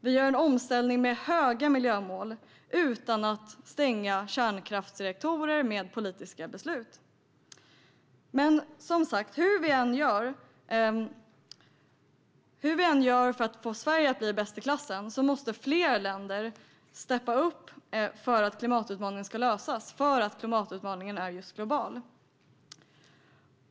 Vi gör en omställning med höga miljömål utan att med politiska beslut stänga kärnkraftsreaktorer. Hur vi än gör för att få Sverige att bli bäst i klassen måste som sagt fler länder "steppa upp" för att klimatutmaningen ska lösas, eftersom klimatutmaningen är global.